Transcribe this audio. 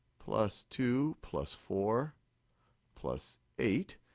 plus two plus four plus eight.